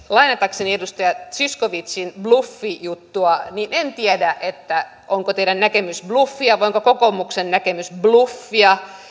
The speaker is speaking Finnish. lainatakseni edustaja zyskowiczin bluffijuttua en tiedä onko teidän näkemyksenne bluffia vai onko kokoomuksen näkemys bluffia